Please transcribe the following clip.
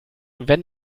wenn